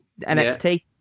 NXT